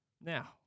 Now